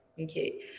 Okay